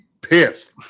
pissed